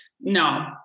No